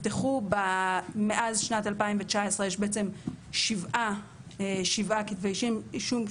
מאז שנת 2019 יש בעצם שבעה כתבי אישום,